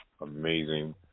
amazing